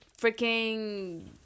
freaking